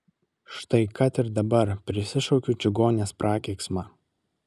štai kad ir dabar prisišaukiu čigonės prakeiksmą